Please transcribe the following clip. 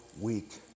week